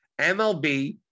MLB